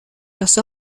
los